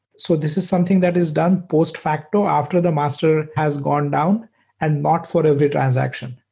so this is something that is done post-factor after the master has gone down and not for every transaction.